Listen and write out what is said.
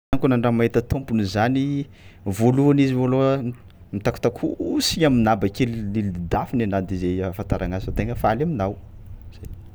Kôa nandraha mahita tômpony zany voalohany izy voalôha mitakotakohosigny aminahy bake lelaleladafiny anahy de zay afahafataragna azy fa tegna faly aminao, zay.